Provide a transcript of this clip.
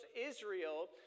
Israel